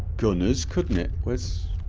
gunners, couldn't it where's?